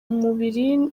mubiri